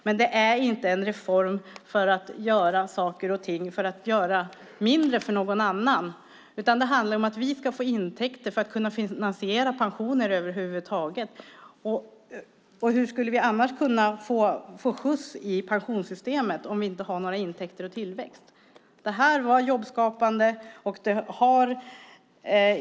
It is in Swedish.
Men det är inte en reform för att göra mindre för någon annan, utan det handlar om att få intäkter för att över huvud taget kunna finanserna pensioner. Hur skulle vi annars kunna få skjuts i pensionssystemet, om vi inte har några intäkter och tillväxt? Det här var jobbskapande.